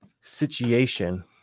situation